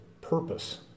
purpose